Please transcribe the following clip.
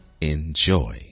Enjoy